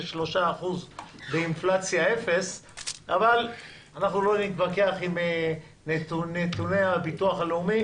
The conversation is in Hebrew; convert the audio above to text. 3% באינפלציה 0 אבל אנחנו לא נתווכח עם נתוניי הביטוח הלאומי